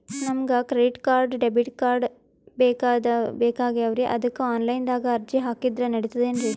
ನಮಗ credit card, debit card ಬೇಕಾಗ್ಯಾವ್ರೀ ಅದಕ್ಕ ಆನಲೈನದಾಗ ಅರ್ಜಿ ಹಾಕಿದ್ರ ನಡಿತದೇನ್ರಿ?